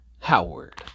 Howard